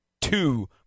Two